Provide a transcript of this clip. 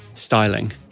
Styling